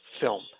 film